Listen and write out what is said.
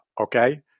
okay